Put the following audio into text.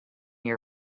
your